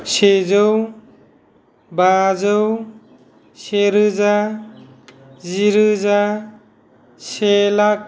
सेजौ बाजौ सेरोजा जिरोजा से लाख